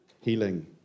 healing